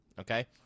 okay